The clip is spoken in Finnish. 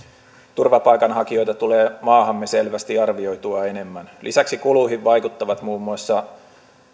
turvapaikanhakijoita tulee maahamme selvästi arvioitua enemmän lisäksi kuluihin vaikuttavat muun muassa